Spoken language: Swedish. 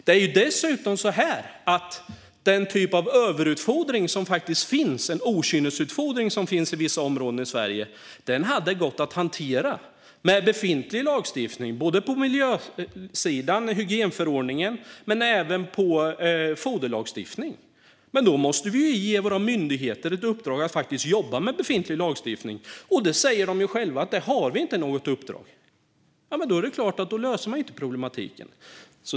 Det är dessutom så att den typ av överutfodring, eller okynnesutfodring, som finns i vissa områden i Sverige hade gått att hantera med befintlig lagstiftning både på miljösidan, med hygienförordningen, och när det gäller foderlagstiftning. Men då måste vi ju ge våra myndigheter i uppdrag att faktiskt jobba med befintlig lagstiftning. De säger själva att de inte har något sådant uppdrag, och då är det klart att man inte löser problematiken.